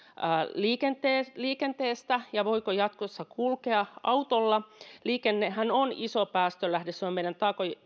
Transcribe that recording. liikenteestä liikenteestä ja siitä voiko jatkossa kulkea autolla liikennehän on iso päästölähde se on meidän